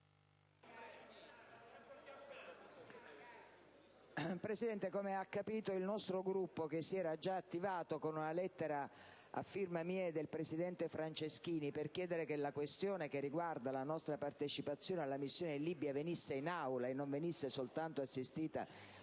Presidente, come avrà capito, il nostro Gruppo, che si era già attivato con una lettera a firma mia e del presidente Franceschini per chiedere che la questione che riguarda la nostra partecipazione alla missione in Libia venisse discussa in Aula e non soltanto in